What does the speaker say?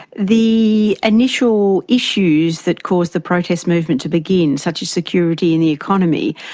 the initial issues that caused the protest movement to begin, such as security and the economy,